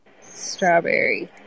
Strawberry